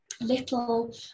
little